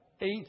eight